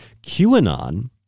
QAnon